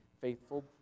faithful